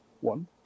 One